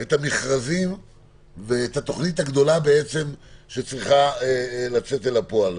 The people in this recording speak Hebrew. את המכרזים ואת התוכנית הגדולה שצריכה לצאת אל הפועל.